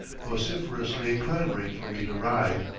vociferously clamoring for me to ride.